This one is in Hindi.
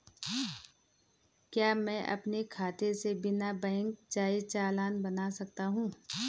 क्या मैं अपने खाते से बिना बैंक जाए चालान बना सकता हूँ?